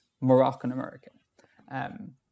Moroccan-American